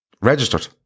registered